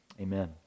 Amen